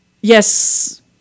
yes